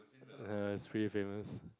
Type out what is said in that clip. err it's pretty famous